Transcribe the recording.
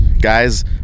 guys